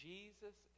Jesus